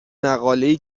مقالهای